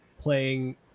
playing